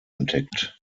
entdeckt